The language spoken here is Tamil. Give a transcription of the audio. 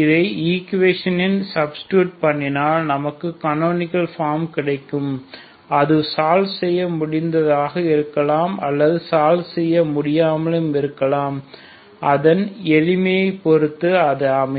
இதை ஈக்குவேஷனில் சப்ஸ்டிடுட் பண்ணினால் நமக்கு கனோனிகள் ஃபார்ம் கிடைக்கும் அது சால்வ் செய்ய முடிந்ததாக இருக்கலாம் அல்லது சால்வ் செய்ய முடியாமலும் இருக்கலாம் அதன் எளிமையை பொறுத்து இது அமையும்